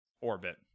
orbit